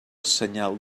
senyal